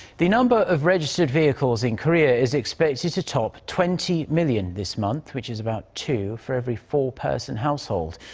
the number of registered vehicles in korea is expected to top twenty million this month, which is about two for every four-person household.